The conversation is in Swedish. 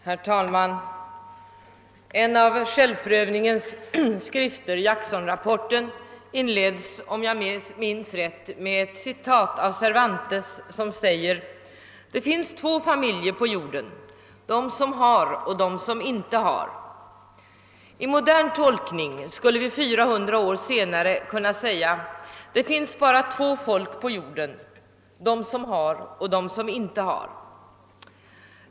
Herr talman! En av självprövningens skrifter, Jacksonrapporten, inleds, om jag minns rätt, med ett citat av Cervantes: Det finns två familjer på jorden, de som har och de som inte har. I modern tolkning skulle vi 400 år senare skulle kunna säga: Det finns bara två folk på jorden, de som har och de som inte har.